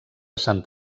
sant